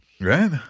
Right